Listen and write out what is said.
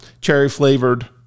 cherry-flavored